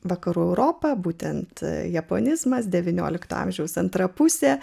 vakarų europą būtent japonizmas devyniolikto amžiaus antra pusė